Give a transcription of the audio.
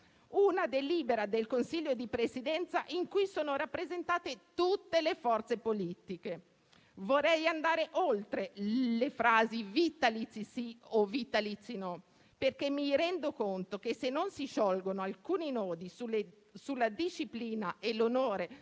una delibera del Consiglio di Presidenza in cui sono rappresentate tutte le forze politiche? Vorrei andare oltre le frasi "vitalizi sì" o "vitalizi no", perché mi rendo conto che se non si sciolgono alcuni nodi sulla disciplina e l'onore